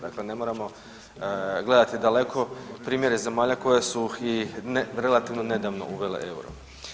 Dakle, ne moramo gledati daleko primjere zemalja koje su i relativno nedavno uvele euro.